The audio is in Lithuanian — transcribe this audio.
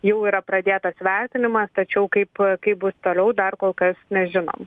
jau yra pradėtas vertinimas tačiau kaip kaip bus toliau dar kol kas nežinom